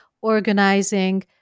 organizing